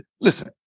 listen